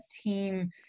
team